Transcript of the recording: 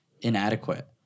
inadequate